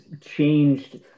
changed